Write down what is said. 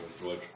George